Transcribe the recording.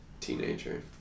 teenager